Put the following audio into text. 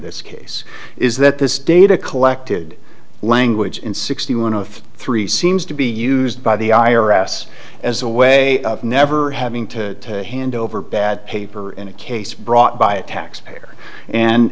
this case is that this data collected language in sixty one of three seems to be used by the i r s as a way of never having to hand over bad paper in a case brought by a taxpayer and